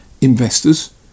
investors